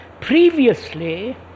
previously